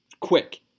quick